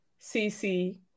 CC